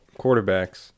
quarterbacks